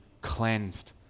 cleansed